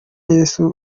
yesu